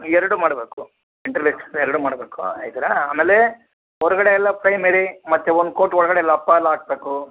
ಎರಡೂ ಮಾಡಬೇಕು internal external ಎರಡೂ ಮಾಡಬೇಕು ಈ ಥರ ಆಮೇಲೆ ಹೊರ್ಗಡೆ ಎಲ್ಲ ಪ್ರೈಮೆರಿ ಮತ್ತು ಒಂದು ಕೋಟ್ ಒಳಗಡೆ ಎಲ್ಲ ಹಾಕ್ಬೇಕು